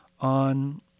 on